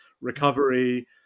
recovery